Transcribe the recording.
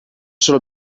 solo